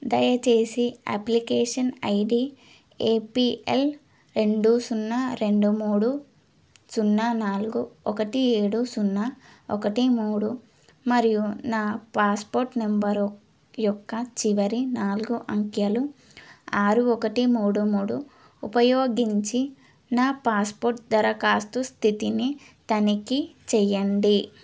దయచేసి application ID APL రెండు సున్నా రెండు మూడు సున్నా నాలుగు ఒకటి ఏడు సున్నా ఒకటి మూడు మరియు నా పాస్పోర్ట్ నెంబరు యొక్క చివరి నాలుగు అంకెలు ఆరు ఒకటి మూడు మూడు ఉపయోగించి నా పాస్పోర్ట్ దరకాస్తు స్థితిని తనికీ చేయండి